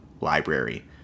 library